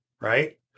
right